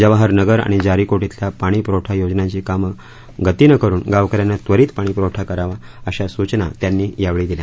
जवाहर नगर आणि जारीकोट इथ या पाणी पुरवठा योजनांची कामं गतीनं क न गावक यांना वरीत पाणी पुरवठा करावा अशी सूचना यांनी यावेळी दिली